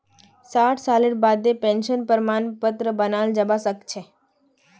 साठ सालेर बादें पेंशनेर प्रमाण पत्र बनाल जाबा सखछे